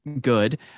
good